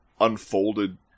unfolded